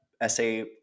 essay